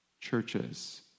churches